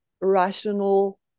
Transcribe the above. rational